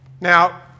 Now